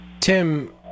Tim